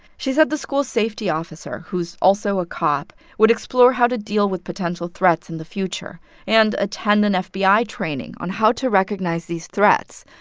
she said the school safety officer, who's also a cop, would explore how to deal with potential threats in the future and attend an fbi training on how to recognize these threats.